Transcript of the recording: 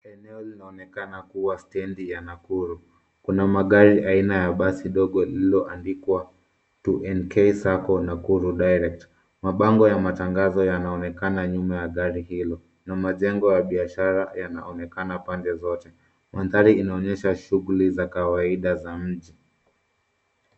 Eneo linaonekana kuwa steji ya Nakuru. Kuna magari aina ya basi dogo lililoandikwa 2NK Sacco Nakuru Direct. Mabango ya matangazo yanaonekana nyuma ya gari hilo, na majengo ya biashara yanaonekana pande zote. Mandhari inaonyesha shughuli za kawaida za mji.